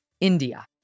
India